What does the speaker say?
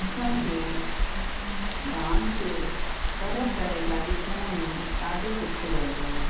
असांखे डांस तरह तरह जा ॾिसण में ॾाढो सुठो लॻंदो आहे